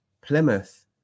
Plymouth